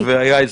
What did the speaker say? הייתי.